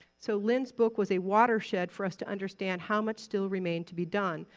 so lynn's book was a watershed for us to understand how much still remained to be done,